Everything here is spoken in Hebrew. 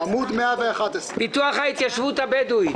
פיתוח ההתיישבות הבדואית.